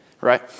right